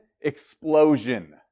explosion